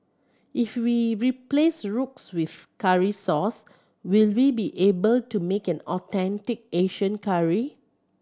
if we replace roux with curry sauce will we be able to make an authentic Asian curry